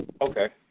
Okay